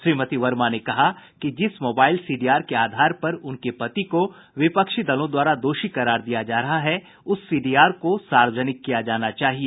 श्रीमती वर्मा ने कहा कि जिस मोबाईल सीडीआर के आधार पर उनके पति को विपक्षी दलों द्वारा दोषी करार दिया जा रहा है उस सीडीआर को सार्वजनिक किया जाना चाहिए